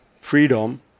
freedom